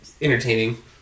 entertaining